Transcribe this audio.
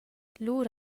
lura